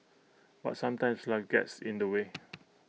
but sometimes life gets in the way